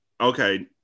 okay